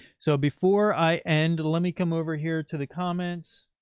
so before i end, let me come over here to the comments.